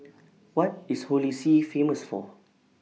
What IS Holy See Famous For